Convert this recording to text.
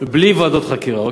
בלי ועדות חקירה.